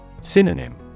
Synonym